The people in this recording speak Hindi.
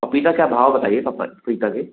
पपीता क्या भाव बताइए पपीता के